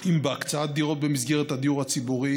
אם בהקצאת דירות במסגרת הדירות הציבורי,